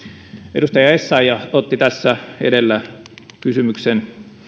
edustaja essayah otti tässä edellä esiin kysymyksen